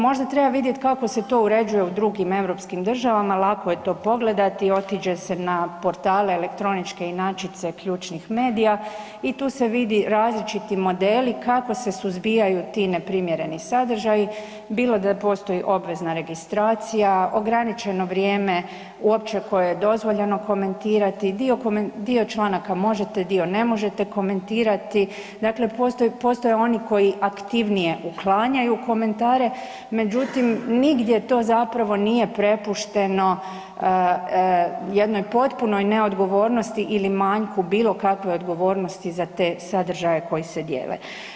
Možda treba vidjeti kako se to uređuje u drugim europskim državama, lako je to pogledati, otiđe se na portale elektroničke inačice ključnih medija i tu se vidi različiti modeli kako se suzbijaju ti neprimjereni sadržaji, bilo da postoji obvezna registracija, ograničeno vrijeme uopće koje je dozvoljeno komentirati, dio članaka možete, dio ne možete komentirati dakle postoje oni koji aktivnije uklanjaju komentare, međutim nigdje to nije prepušteno jednoj potpunoj neodgovornosti ili manjku bilo kakve odgovornosti za te sadržaje koji se dijele.